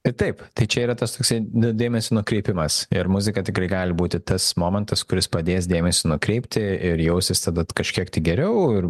ir taip tai čia yra tas toksai nu dėmesio nukreipimas ir muzika tikrai gali būti tas momentas kuris padės dėmesį nukreipti ir jausis tadat kažkiek tai geriau ir